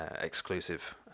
exclusive